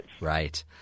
Right